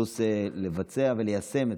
לבצע וליישם,